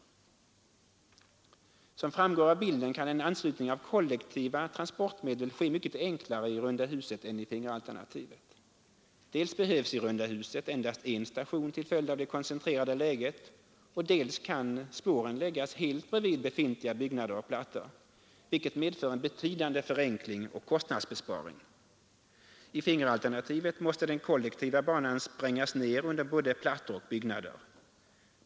Som också framgår av bilden kan anslutning av kollektiva transportmedel ske mycket enklare i runda huset än i fingeralternativet. Dels behövs i runda huset endast en station till följd av det koncentrerade läget, dels kan spåren läggas helt bredvid befintliga byggnader och plattor, vilket medför en betydande förenkling och kostnadsbesparing. I fingeralternativet måste den kollektiva banan sprängas ner under både plattor och byggnader.